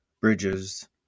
bridges